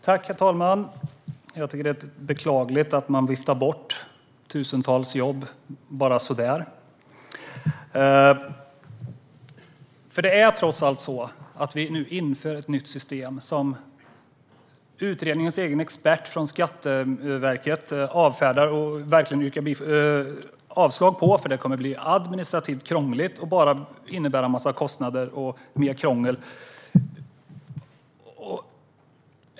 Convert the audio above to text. Herr talman! Jag tycker att det är beklagligt att man viftar bort tusentals jobb bara så där. Nu införs ett nytt system som utredningens expert från Skatteverket avfärdar - yrkar avslag på eftersom det kommer att bli administrativt krångligt och innebära en mängd kostnader.